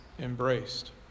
embraced